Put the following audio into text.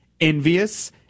envious